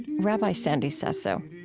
rabbi sandy sasso.